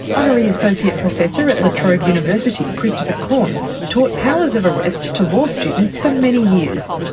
honorary associate professor at la trobe university, christopher corns, taught powers of arrest to law students for many years.